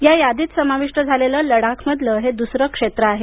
या यादीत समाविष्ट झालेलं लड्डाख मधलं हे दुसरं क्षेत्र आहे